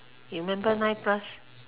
you remember nine plus